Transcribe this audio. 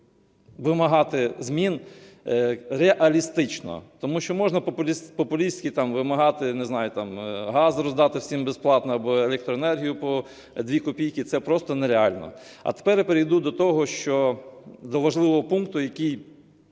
вимагати змін реалістично. Тому що можна популістськи там вимагати, не знаю, газ роздати всім безплатно або електроенергію по 2 копійки – це просто нереально. А тепер я перейду до важливого пункту, який